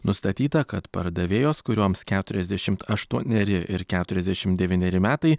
nustatyta kad pardavėjos kurioms keturiasdešimt aštuoneri ir keturiasdešim devyneri metai